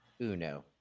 Uno